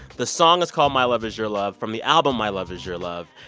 the song is called my love is your love from the album my love is your love,